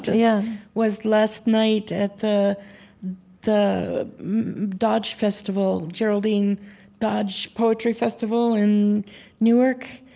just yeah was, last night, at the the dodge festival, geraldine dodge poetry festival in newark.